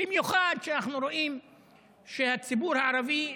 במיוחד שאנחנו רואים שהציבור הערבי,